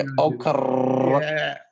Okay